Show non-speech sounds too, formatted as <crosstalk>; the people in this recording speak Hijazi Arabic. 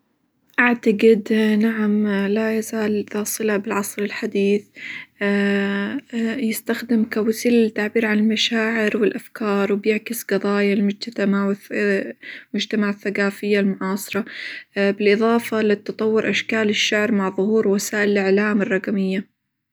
أعتقد <hesitation> نعم لا يزال ذا صلة بالعصر الحديث <hesitation> يستخدم كوسيلة للتعبير عن المشاعر، والأفكار، وبيعكس قضايا المجتمع <hesitation> مجتمع الثقافية المعاصرة، <hesitation> بالإظافة لتطور أشكال الشعر مع ظهور وسائل الإعلام الرقمية.